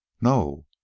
No